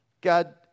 God